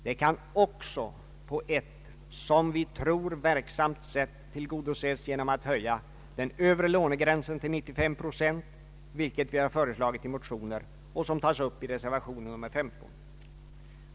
Det kan också på ett, som vi tror, verksamt sätt tillgodoses genom att höja den övre lånegränsen till 95 procent, vilket vi har föreslagit i motioner och som tas upp i reservation 15 a.